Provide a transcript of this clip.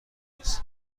میز